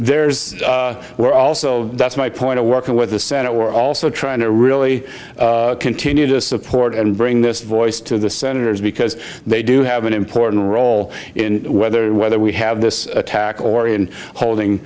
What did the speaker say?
there's we're also that's my point of working with the senate we're also trying to really continue to support and bring this voice to the senators because they do have an important role in whether whether we have this attack or in holding